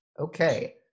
Okay